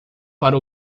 para